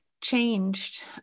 changed